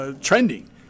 trending